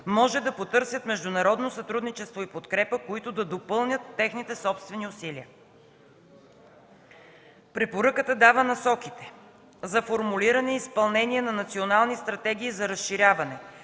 може да потърсят международно сътрудничество и подкрепа, които да допълнят техните собствени усилия. Препоръката дава насоките за формулиране и изпълнение на национални стратегии за разширяване